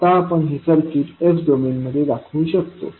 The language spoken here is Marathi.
आता आपण हे सर्किट s डोमेनमध्ये दाखवु शकतो